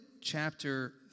chapter